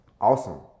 awesome